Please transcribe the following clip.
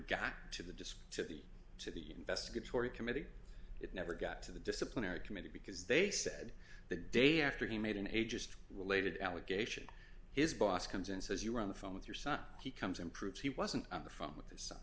got to the disc to the to the investigatory committee it never got to the disciplinary committee because they said the day after he made a just related allegation his boss comes and says you're on the phone with your son he comes in proves he wasn't on the phone with his son